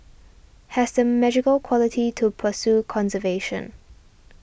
has the magical quality to pursue conservation